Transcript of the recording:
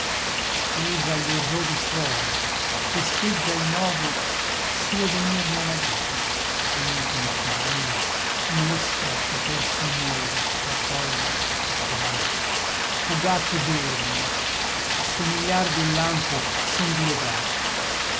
scusa gli errori suoi festeggia il novo suo venir nella vita ed inchinando mostra che per signor l'accolga e chiami fugaci giorni a somigliar d'un lampo son dileguati